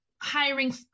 hiring